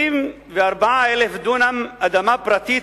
24,000 דונם אדמה פרטית,